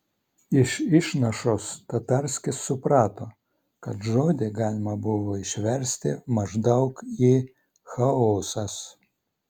iš išnašos tatarskis suprato kad žodį galima buvo išversti maždaug į chaosas